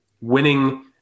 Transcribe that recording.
winning